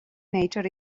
nature